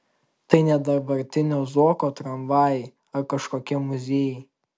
tai ne dabartinio zuoko tramvajai ar kažkokie muziejai